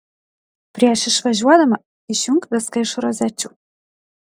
prieš išvažiuodama išjunk viską iš rozečių